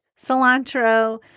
cilantro